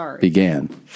began